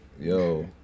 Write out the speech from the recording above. Yo